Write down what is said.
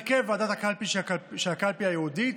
הרכב ועדת הקלפי של הקלפי הייעודית,